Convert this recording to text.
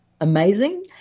amazing